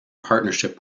partnership